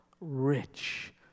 rich